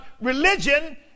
religion